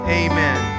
amen